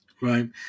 Right